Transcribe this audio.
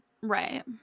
Right